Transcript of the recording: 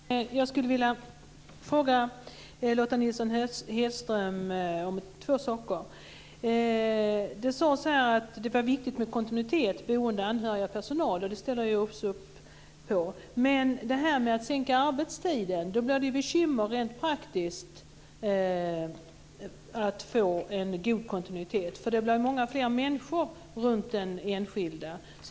Fru talman! Jag skulle vilja fråga Lotta Nilsson Hedström om två saker. Det sades att det var viktigt med kontinuitet boende-anhöriga-personal. Det ställer jag också upp på. Men genom att sänka arbetstiden blir det rent praktiskt bekymmer att få en god kontinuitet. Det blir många fler människor runt den enskilde.